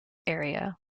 area